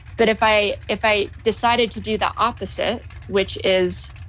but if i if i decided to do the opposite, which is